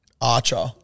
Archer